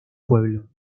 pueblo